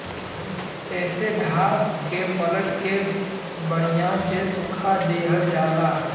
येसे घास के पलट के बड़िया से सुखा दिहल जाला